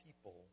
people